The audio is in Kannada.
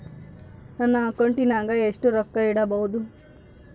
ನನ್ನ ಅಕೌಂಟಿನಾಗ ಎಷ್ಟು ರೊಕ್ಕ ಇಡಬಹುದು?